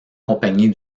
compagnie